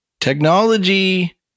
technology